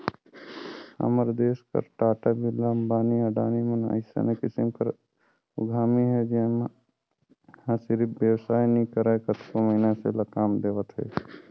हमर देस कर टाटा, बिरला, अंबानी, अडानी मन अइसने किसिम कर उद्यमी हे जेनहा सिरिफ बेवसाय नी करय कतको मइनसे ल काम देवत हे